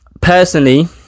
personally